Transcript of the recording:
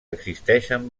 existeixen